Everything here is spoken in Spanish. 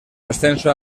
ascenso